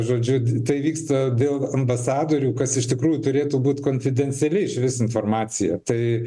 žodžiu tai vyksta dėl ambasadorių kas iš tikrųjų turėtų būt konfidenciali išvis informacija tai